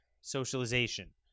socialization